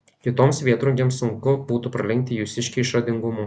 kitoms vėtrungėms sunku būtų pralenkti jūsiškę išradingumu